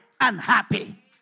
unhappy